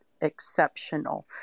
exceptional